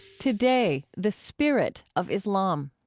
today, the spirit of islam.